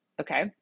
okay